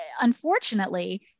unfortunately